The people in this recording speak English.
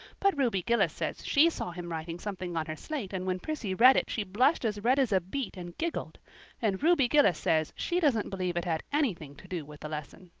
but ruby gillis says she saw him writing something on her slate and when prissy read it she blushed as red as a beet and giggled and ruby gillis says she doesn't believe it had anything to do with the lesson.